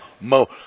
Mo